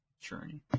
journey